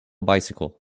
bicycle